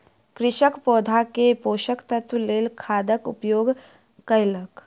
कृषक पौधा के पोषक तत्वक लेल खादक उपयोग कयलक